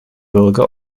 bürger